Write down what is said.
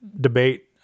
debate